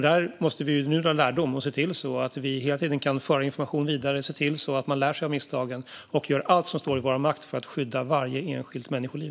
Där måste vi nu dra lärdom. Vi måste se till att vi hela tiden kan föra information vidare och att man lär sig av misstagen. Vi måste göra allt som står i vår makt för att skydda varje enskilt människoliv.